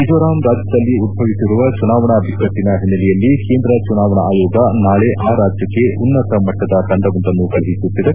ಮಿಜೋರಾಂ ರಾಜ್ಯದಲ್ಲಿ ಉದ್ಧವಿಸಿರುವ ಚುನಾವಣಾ ಬಿಕ್ಕಟ್ಟಿನ ಓನ್ನೆಲೆಯಲ್ಲಿ ಕೇಂದ್ರ ಚುನಾವಣಾ ಆಯೋಗ ನಾಳೆ ಆ ರಾಜ್ಯಕ್ಕೆ ಉನ್ನತ ಮಟ್ಟದ ತಂಡವೊಂದನ್ನು ಕಳುಹಿಸುತ್ತಿದೆ